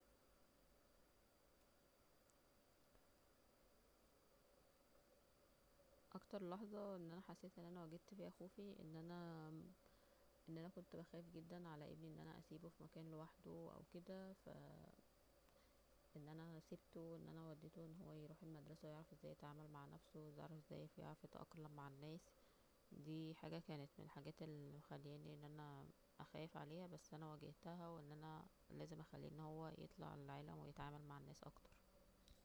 اكتر لحظة أن أنا حسيت أن أنا واجهت فيها خوفي أن أنا أن أنا كنت بخاف جدا على ابني أن أنا اسيبه في مكان لوحده أو كده ف أن أنا سيبته أن أنا وديته أن هو يروح المدرسة ويعرف ازاي يتعامل مع نفسه ويعرف ازاي يتأقلم مع الناس دي حاجة كانت من الحاجات اللي مخلياني أن أنا اخاف عليها بس انا واجهتها وان أنا لازم اخليه أن هو يطلع للعالم ويتعامل مع الناس اكتر